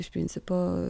iš principo